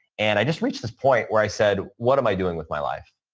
and i just reached this point where i said, what am i doing with my life?